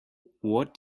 what